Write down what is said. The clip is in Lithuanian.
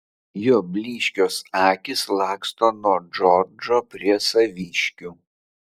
jo blyškios akys laksto nuo džordžo prie saviškių